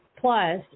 Plus